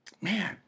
Man